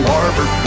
Barber